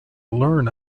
learn